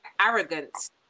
Arrogance